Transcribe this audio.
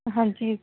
ਹਾਂਜੀ